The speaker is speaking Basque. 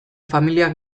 familiak